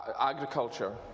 agriculture